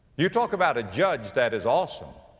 you talk about a judge that is awesome,